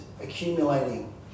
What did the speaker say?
accumulating